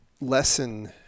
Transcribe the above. lesson